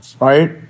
right